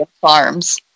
farms